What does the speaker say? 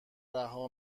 رها